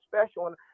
special